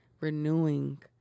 renewing